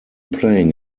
playing